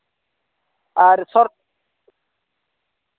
ᱟᱨ